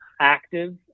active